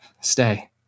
stay